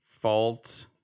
fault